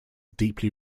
deeply